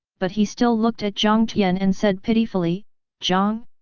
but he still looked at jiang tian and said pitifully jiang?